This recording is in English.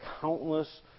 countless